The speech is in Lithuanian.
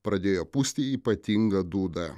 pradėjo pūsti ypatingą dūdą